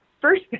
first